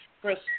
Chris